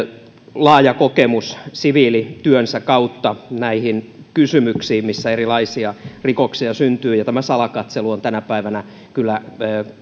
laaja kokemus siviilityönsä kautta näistä kysymyksistä missä erilaisia rikoksia syntyy ja tämä salakatselu on tänä päivänä kyllä